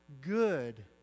good